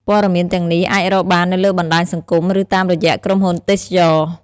ព័ត៌មានទាំងនេះអាចរកបាននៅលើបណ្តាញសង្គមឬតាមរយៈក្រុមហ៊ុនទេសចរណ៍។